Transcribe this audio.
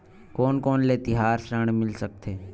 कोन कोन ले तिहार ऋण मिल सकथे?